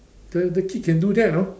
the the kid can do that you know